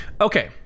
Okay